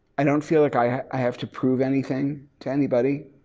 i don't feel like i have to prove anything to anybody